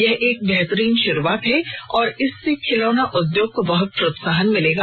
यह एक बेहतरीन शुरुआत है और इससे खिलौना उद्योग को बहुत प्रोत्साहन मिलेगा